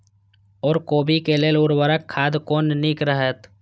ओर कोबी के लेल उर्वरक खाद कोन नीक रहैत?